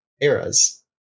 eras